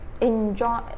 enjoy